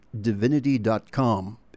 divinity.com